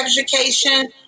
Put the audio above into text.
education